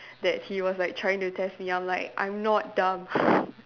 that he was like trying to test me I'm like I'm not dumb